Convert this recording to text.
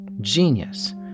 Genius